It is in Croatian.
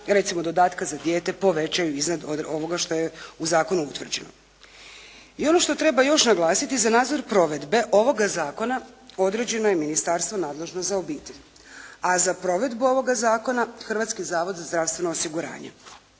recimo dodatka za dijete povećaju iznad ovoga što je u zakonu utvrđeno. I ono što treba još naglasiti za nadzor provedbe ovoga zakona određeno je ministarstvo nadležno za obitelj, a za provedbu ovoga zakona Hrvatski zavod za zdravstveno osiguranje.